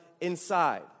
inside